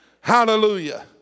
Hallelujah